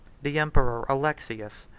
the emperor alexius,